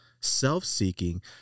self-seeking